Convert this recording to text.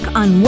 on